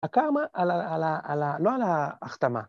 ‫הקארמה על ה... לא על ההחתמה.